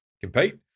compete